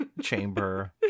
chamber